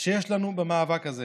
שיש לנו במאבק הזה